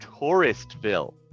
Touristville